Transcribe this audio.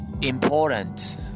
important